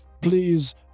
Please